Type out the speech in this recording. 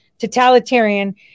totalitarian